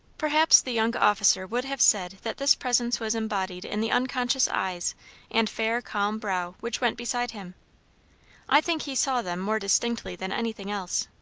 perhaps the young officer would have said that this presence was embodied in the unconscious eyes and fair calm brow which went beside him i think he saw them more distinctly than anything else.